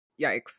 yikes